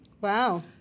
Wow